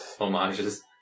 homages